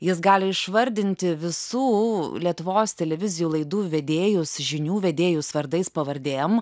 jis gali išvardinti visų lietuvos televizijų laidų vedėjus žinių vedėjus vardais pavardėm